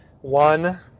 One